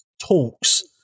talks